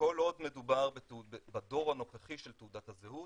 עוד מדובר בדור הנוכחי של תעודת הזהות,